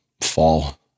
fall